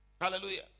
Hallelujah